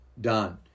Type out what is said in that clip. done